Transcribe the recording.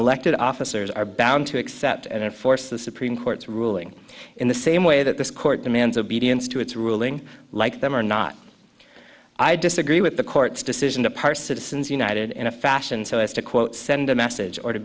elected officers are bound to accept and enforce the supreme court's ruling in the same way that this court demands of beatings to its ruling like them or not i disagree with the court's decision to parse citizens united in a fashion so as to quote send a message or to